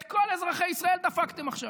את כל אזרחי ישראל דפקתם עכשיו.